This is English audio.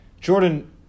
Jordan